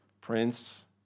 Prince